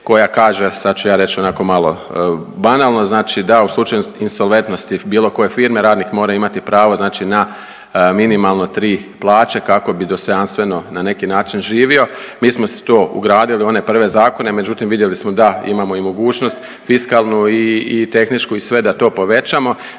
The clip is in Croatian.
koja kaže, sad ću ja reći onako malo banalno, znači da u slučaju insolventnosti bilo koje firme radnik mora imati pravo znači na minimalno 3 plaće, kako bi dostojanstveno na neki način živio. Mi smo si tu ugradili u one prve zakone, međutim, vidjeli smo da imamo i mogućnost fiskalnu i tehničku i sve da to povećamo,